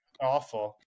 awful